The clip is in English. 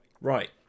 Right